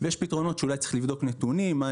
ויש פתרונות שאולי צריך לבדוק נתונים כמו מה